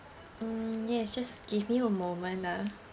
mm yes just give me a moment nah